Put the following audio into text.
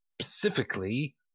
specifically